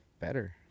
better